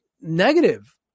negative